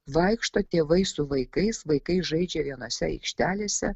vaikšto tėvai su vaikais vaikai žaidžia vienose aikštelėse